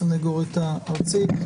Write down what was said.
הסנגורית הארצית.